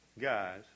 guys